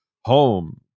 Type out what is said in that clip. home